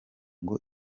ngo